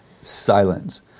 silence